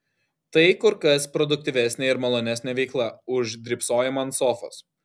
tai kur kas produktyvesnė ir malonesnė veikla už drybsojimą ant sofos